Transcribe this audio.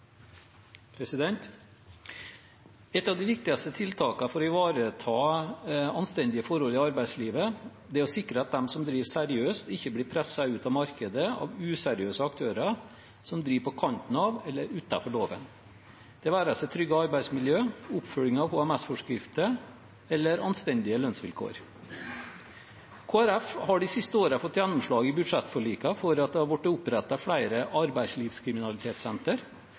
av de viktigste tiltakene for å ivareta anstendige forhold i arbeidslivet er å sikre at de som driver seriøst, ikke blir presset ut av markedet av useriøse aktører som driver på kanten av eller utenfor loven – det være seg trygging av arbeidsmiljøet, oppfølging av HMS-forskriften eller anstendige lønnsvilkår. Kristelig Folkeparti har de siste årene fått gjennomslag i budsjettforlikene for å få opprettet flere arbeidslivskriminalitetssentre.